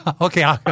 Okay